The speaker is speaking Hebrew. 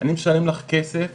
אני משלם לה כסף,